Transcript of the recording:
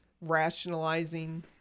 rationalizing